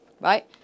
right